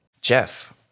Jeff